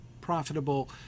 profitable